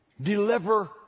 Deliver